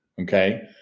okay